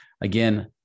Again